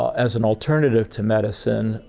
as an alternative to medicine,